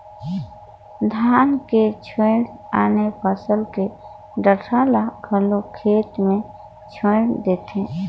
धान के छोयड़ आने फसल के डंठरा ल घलो खेत मे छोयड़ देथे